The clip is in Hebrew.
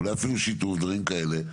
אולי אפילו שיטור או דברים כאלה,